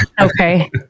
Okay